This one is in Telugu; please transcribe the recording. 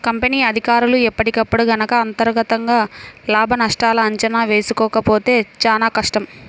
కంపెనీ అధికారులు ఎప్పటికప్పుడు గనక అంతర్గతంగా లాభనష్టాల అంచనా వేసుకోకపోతే చానా కష్టం